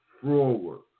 forward